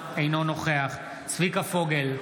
אינו נוכח צביקה פוגל,